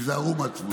תיזהרו מהצבועים.